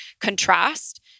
contrast